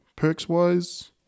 perks-wise